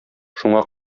шуңа